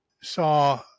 saw